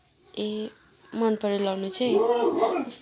ए मनपर्यो लाउनु चाहिँ